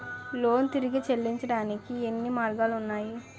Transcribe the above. Loan తిరిగి చెల్లించటానికి ఎన్ని మార్గాలు ఉన్నాయి?